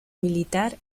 militar